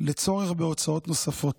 לצורך בהוצאות נוספות.